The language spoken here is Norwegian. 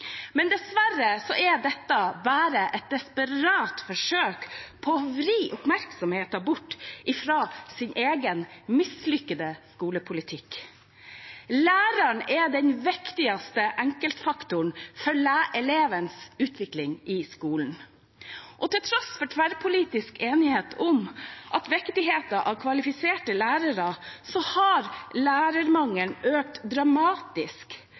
Men dessverre er dette bare et desperat forsøk på å vri oppmerksomheten bort fra sin egen mislykkede skolepolitikk. Læreren er den viktigste enkeltfaktoren for elevens utvikling i skolen. Til tross for tverrpolitisk enighet om viktigheten av kvalifiserte lærere har lærermangelen økt dramatisk